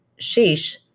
Sheesh